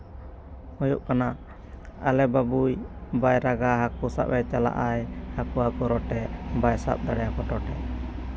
ᱦᱩᱭᱩᱜ ᱠᱟᱱᱟ ᱟᱞᱮ ᱵᱟᱹᱵᱩᱭ ᱵᱟᱭ ᱨᱟᱜᱟ ᱦᱟᱹᱠᱩ ᱥᱟᱵ ᱮ ᱪᱟᱞᱟᱜ ᱟᱭ ᱦᱟᱹᱠᱩ ᱦᱟᱹᱠᱩ ᱨᱚᱴᱮ ᱵᱟᱭ ᱥᱟᱵ ᱫᱟᱲᱮ ᱟᱠᱚ ᱴᱚᱴᱮ